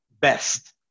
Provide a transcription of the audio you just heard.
best